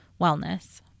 wellness